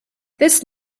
this